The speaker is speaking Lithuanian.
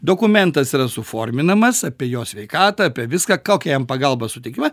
dokumentas yra su forminamas apie jo sveikatą apie viską kokia jam pagalba sutikimiama